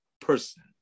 person